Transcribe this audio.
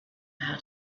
how